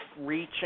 reaching